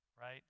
right